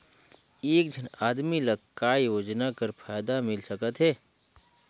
एक झन आदमी ला काय योजना कर फायदा मिल सकथे?